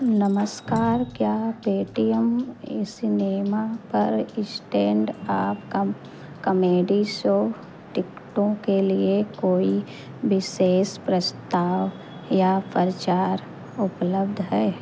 नमस्कार क्या Paytm e cinema पर स्टैण्डअप कॉमेडी शो टिकटों के लिए कोई विशेष प्रस्ताव या प्रचार उपलब्ध है